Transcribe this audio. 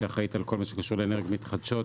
שאחראית על כל מה שקשור לאנרגיות מתחדשות,